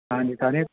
ਹਾਂਜੀ ਸਾਰੀਆਂ